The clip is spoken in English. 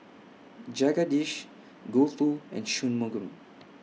Jagadish Gouthu and Shunmugam